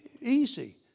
Easy